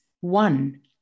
one